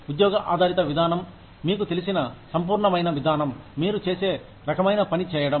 ఉద్యోగ ఆధారిత విధానం మీకు తెలిసిన సంపూర్ణమైన విధానం మీరు చేసే రకమైన పని చేయడం